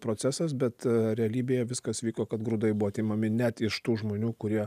procesas bet realybėje viskas vyko kad grūdai buvo atimami net iš tų žmonių kurie